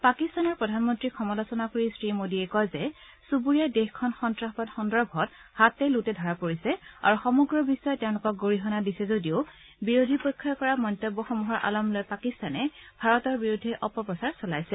পাকিস্তানৰ প্ৰধানমন্ত্ৰীক সমালোচনা কৰি শ্ৰী মোডীয়ে কয় যে চুবুৰীয়া দেশখন সন্ত্ৰাসবাদ সন্দৰ্ভত হাতে লোটে ধৰা পৰিছে আৰু সমগ্ৰ বিশ্বই তেওঁলোকক গৰিহণা দিছে যদিও বিৰোধী পক্ষই কৰা মন্তব্যসমূহৰ আলম লৈ পাকিস্তানে ভাৰতৰ বিৰুদ্ধে অপ প্ৰচাৰ চলাইছে